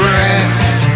rest